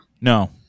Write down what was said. No